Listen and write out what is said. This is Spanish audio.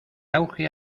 auge